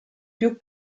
più